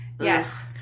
Yes